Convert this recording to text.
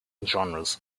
genres